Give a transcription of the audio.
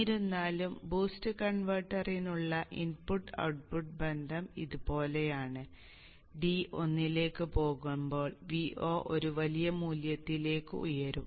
എന്നിരുന്നാലും ബൂസ്റ്റ് കൺവെർട്ടറിനുള്ള input output ബന്ധം ഇതുപോലെയാണ് d 1 ലേക്ക് പോകുമ്പോൾ Vo ഒരു വലിയ മൂല്യത്തിലേക്ക് ഉയരും